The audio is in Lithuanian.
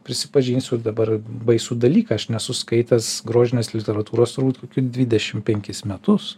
prisipažinsiu dabar baisų dalyką aš nesu skaitęs grožinės literatūros turbūt kokių dvidešim penkis metus